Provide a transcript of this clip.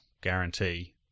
guarantee